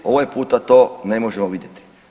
Ovaj puta to ne možemo vidjeti.